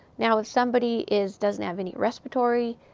now, if somebody is doesn't have any respiratory,